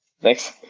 Thanks